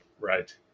Right